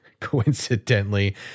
coincidentally